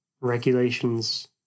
regulations